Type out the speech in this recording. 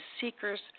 seeker's